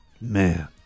Man